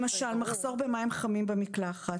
למשל: מחסור במים חמים במקלחת,